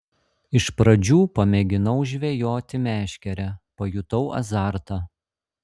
iš pradžių pamėginau žvejoti meškere pajutau azartą